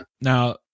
Now